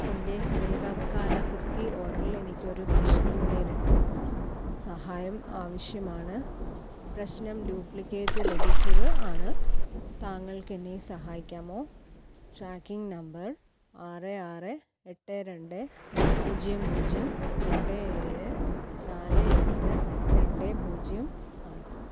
എൻ്റെ സമീപ കാല കുർത്തി ഓഡറിൽ എനിക്കൊരു പ്രശ്നം നേരിട്ടു സഹായം ആവശ്യമാണ് പ്രശ്നം ഡ്യൂപ്ലിക്കേറ്റ് ലഭിച്ചത് ആണ് താങ്കൾക്കെന്നെ സഹായിക്കാമോ ട്രാക്കിംഗ് നമ്പർ ആറ് ആറ് എട്ട് രണ്ട് പൂജ്യം പൂജ്യം രണ്ട് ഏഴ് നാല് എട്ട് രണ്ട് പൂജ്യം ആണ്